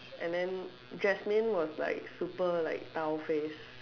and then Jasmine was like super like dao face